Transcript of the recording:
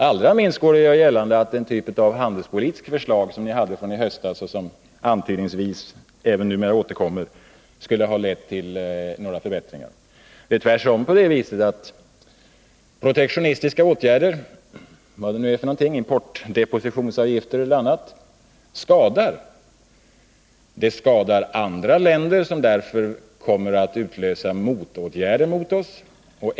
Allra minst går det att göra gällande att den typ av handelspolitiska förslag från i höstas som ni lade fram och som även numera återkommer skulle ha lett till förbättringar. Det är tvärtom så att protektionistiska åtgärder, vare sig det gäller importdepositionsavgifter eller annat, skadar samarbetet med andra länder, eftersom dessa då vidtar motåtgärder mot oss.